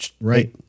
right